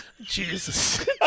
Jesus